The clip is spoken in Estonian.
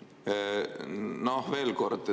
all. Veel kord: